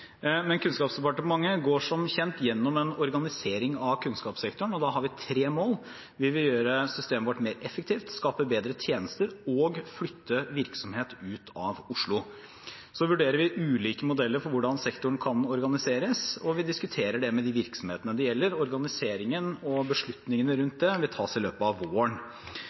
Men Kunnskapsdepartementet går som kjent igjennom en organisering av kunnskapssektoren, og da har vi tre mål: Vi vil gjøre systemet vårt mer effektivt, skape bedre tjenester og flytte virksomhet ut av Oslo. Så vurderer vi ulike modeller for hvordan sektoren kan organiseres, og vi diskuterer det med de virksomhetene det gjelder. Organiseringen og beslutningene rundt det tas i løpet av våren.